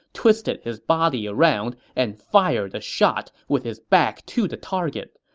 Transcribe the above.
twisted his body around and fired a shot with his back to the target.